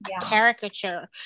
caricature